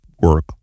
work